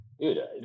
Dude